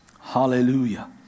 Hallelujah